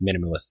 minimalist